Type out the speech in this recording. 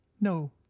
No